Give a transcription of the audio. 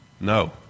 No